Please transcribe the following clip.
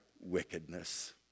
Wickedness